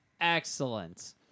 excellent